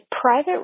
private